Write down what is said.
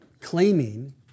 claiming